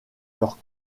leur